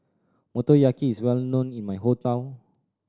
motoyaki is well known in my hometown